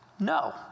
No